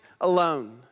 alone